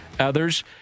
others